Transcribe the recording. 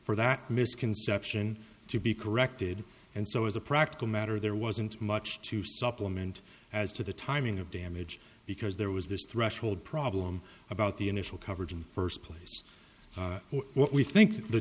for that misconception to be corrected and so as a practical matter there wasn't much to supplement as to the timing of damage because there was this threshold problem about the initial coverage and first place or what we think the